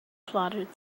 plodded